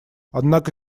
однако